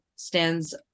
stands